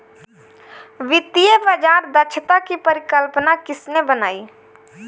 वित्तीय बाजार दक्षता की परिकल्पना किसने बनाई?